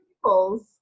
people's